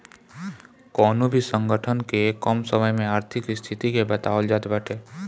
कवनो भी संगठन के कम समय में आर्थिक स्थिति के बतावल जात बाटे